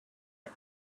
him